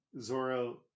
Zoro